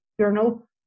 journal